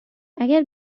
اگر